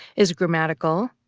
is grammatical,